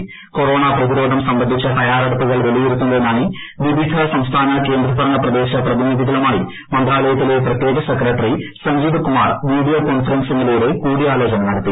നടപടികൾ പ്രതിരോധ്പ് സംബന്ധിച്ച തയ്യാറെടുപ്പുകൾ കൊറോണ വിലയിരുത്തുന്നതിനായിട്ട്വിവിധ സംസ്ഥാന കേന്ദ്രഭരണപ്രദേശ പ്രതിനിധികളുമായി മന്ത്രാലയത്തിലെ പ്രത്യേക സെക്രട്ടറി സഞ്ജീവ കുമാർ വീഡിയോ കോൺഫറൻസിംഗിലൂടെ കൂടിയാലോചന നടത്തി